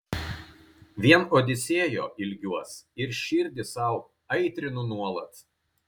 vien odisėjo ilgiuos ir širdį sau aitrinu nuolat